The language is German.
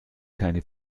keine